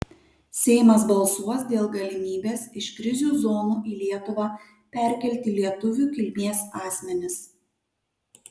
seimas balsuos dėl galimybės iš krizių zonų į lietuvą perkelti lietuvių kilmės asmenis